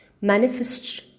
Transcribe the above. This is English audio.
Manifest